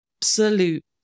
absolute